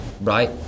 right